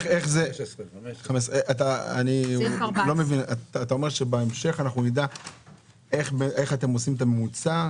אתה אומר שבהמשך נדע איך אתם עושים את הממוצע?